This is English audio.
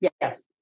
Yes